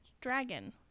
dragon